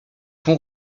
pont